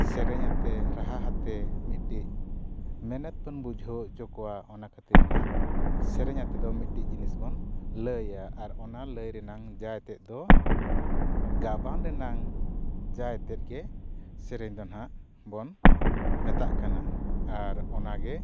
ᱥᱮᱨᱮᱧ ᱟᱛᱮᱫ ᱨᱟᱦᱟ ᱟᱛᱮᱫ ᱢᱤᱫᱴᱤᱡ ᱢᱮᱱᱮᱛ ᱵᱚᱱ ᱵᱩᱡᱷᱟᱹᱣ ᱦᱚᱪᱚ ᱠᱚᱣᱟ ᱚᱱᱟ ᱠᱷᱟᱹᱛᱤᱨ ᱜᱮ ᱱᱟᱦᱟᱜ ᱥᱮᱨᱮᱧ ᱟᱛᱮᱫ ᱫᱚ ᱢᱤᱫᱴᱤᱡ ᱡᱤᱱᱤᱥ ᱵᱚᱱ ᱞᱟᱹᱭᱟ ᱟᱨ ᱚᱱᱟ ᱞᱟᱹᱭ ᱨᱮᱱᱟᱜ ᱡᱟᱭ ᱛᱮᱫ ᱫᱚ ᱜᱟᱵᱟᱱ ᱨᱮᱱᱟᱜ ᱡᱟᱭ ᱛᱮᱫ ᱜᱮ ᱥᱮᱨᱮᱧ ᱫᱚ ᱱᱟᱦᱟᱜ ᱵᱚᱱ ᱢᱮᱛᱟᱜ ᱠᱟᱱᱟ ᱟᱨ ᱚᱱᱟᱜᱮ